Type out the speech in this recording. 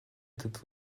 этот